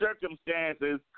circumstances